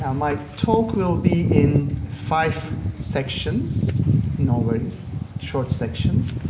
um my talk will be in five sections and always short sections.